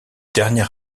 dernier